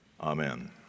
amen